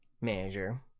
manager